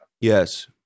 Yes